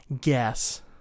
guess